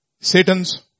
Satan's